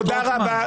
תודה רבה.